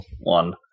one